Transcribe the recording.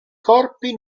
corpi